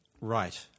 right